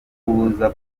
kubuza